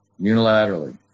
unilaterally